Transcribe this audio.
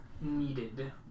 needed